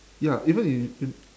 ya even if in